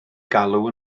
galw